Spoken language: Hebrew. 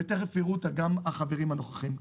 ותכף יראו אותה גם החברים הנוכחים כאן,